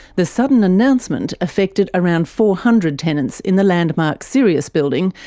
the sudden announcement affected around four hundred tenants in the landmark sirius building,